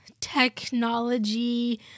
technology